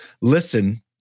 listen